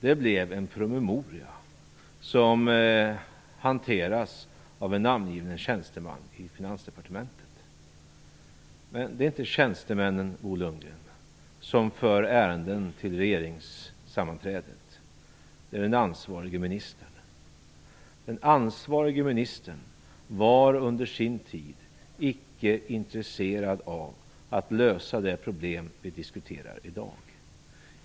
Det blev en promemoria hanterad av en namngiven tjänsteman i Finansdepartementet. Men det är inte tjänstemännen, Bo Lundgren, som för ärenden till regeringssammanträdet, utan det är den ansvarige ministern som gör det. Den ansvarige ministern var under sin tid inte intresserad av att lösa det problem vi diskuterar i dag.